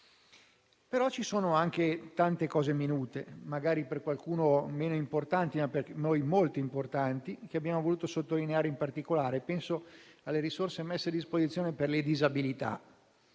tuttavia anche tante misure minute, magari per qualcuno meno importanti, ma per noi davvero rilevanti, che abbiamo voluto sottolineare: in particolare, penso alle risorse messe a disposizione per le disabilità.